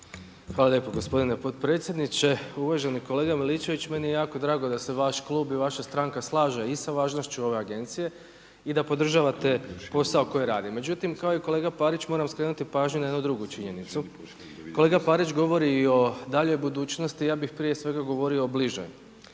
Hvala lijepo gospodine potpredsjedniče. Uvaženi kolega Miličević, meni je jako drago da se vaš Klub i vaša stranka slaže i sa važnošću ove agencije i da podržavate posao koji radi. Međutim, kao i kolega Parić moram skrenuti pažnju na jednu drugu činjenicu. Kolega Parić govori o daljoj budućnosti, ja bih prije svega govorio o bližoj.